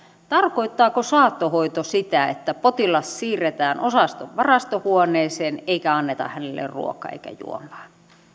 tarkoittaako saattohoito sitä että potilas siirretään osaston varastohuoneeseen eikä anneta hänelle ruokaa eikä juomaa